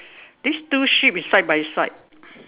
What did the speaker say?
this two sheep is side by side